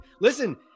listen